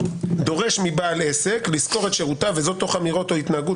דורש מבעל עסק לשכור את שירותיו וזאת תוך אמירות או התנהגות